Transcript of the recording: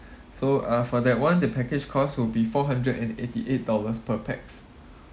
so uh for that one the package cost will be four hundred and eighty eight dollars per pax